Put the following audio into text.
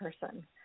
person